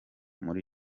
muri